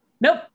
Nope